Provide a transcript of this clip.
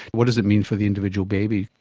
what does it mean for the individual baby?